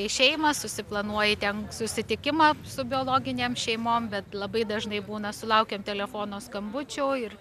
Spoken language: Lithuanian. į šeimą susiplanuoji ten susitikimą su biologinėm šeimom bet labai dažnai būna sulaukiam telefono skambučio ir